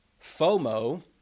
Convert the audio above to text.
FOMO